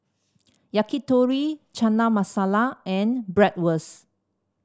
Yakitori Chana Masala and Bratwurst